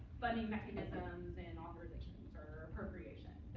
funding mechanisms and authorizations or appropriations.